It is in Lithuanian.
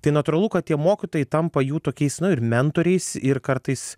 tai natūralu kad tie mokytojai tampa jų tokiais nu ir mentoriais ir kartais